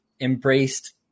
embraced